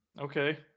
Okay